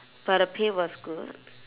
but the pay was good